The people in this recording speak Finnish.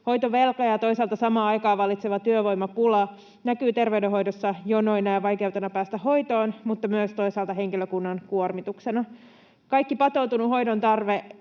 Hoitovelka ja toisaalta samaan aikaan vallitseva työvoimapula näkyy terveydenhoidossa jonoina ja vaikeutena päästä hoitoon, mutta myös toisaalta henkilökunnan kuormituksena. Kaikki patoutunut hoidon tarve